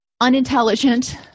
unintelligent